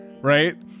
right